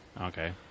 Okay